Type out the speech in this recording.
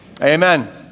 amen